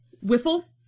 Whiffle